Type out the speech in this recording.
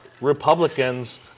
Republicans